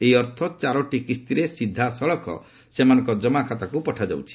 ଏହି ଅର୍ଥ ଚାରୋଟି କିସ୍ତିରେ ସିଧାଯାଇ ସେମାନଙ୍କ ଜମାଖାତାକୁ ପଠାଯାଉଛି